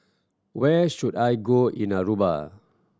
where should I go in Aruba